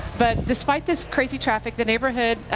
but despite this crazy traffic, the neighborhood,